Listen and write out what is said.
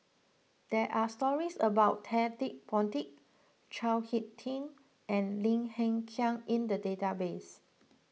there are stories about Ted De Ponti Chao Hick Tin and Lim Hng Kiang in the database